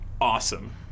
awesome